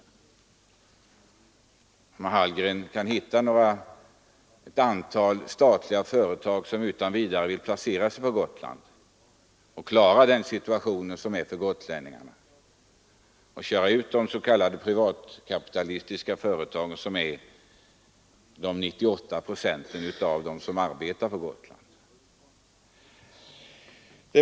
Jag undrar om herr Hallgren kan hitta ett antal statliga företag som utan vidare vill slå sig ned på Gotland. Menar han att vi också skall köra ut de privatkapitalistiska företagen, vilkas andel utgör 98 procent av företagen på Gotland?